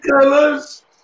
colors